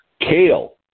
Kale